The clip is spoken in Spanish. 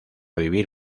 vivir